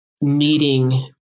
needing